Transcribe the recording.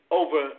over